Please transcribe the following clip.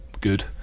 good